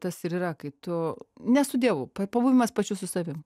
tas ir yra kai tu ne su dievu pabuvimas pačiu su savim